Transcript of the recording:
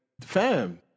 fam